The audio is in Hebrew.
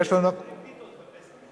מוכרים פיתות בפסח.